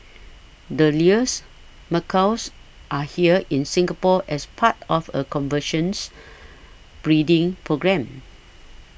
the Lear's macaws are here in Singapore as part of a conversions breeding programme